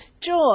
Joy